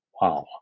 Wow